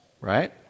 Right